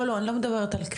לא, לא אני לא מדבר על כפייה.